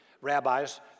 rabbis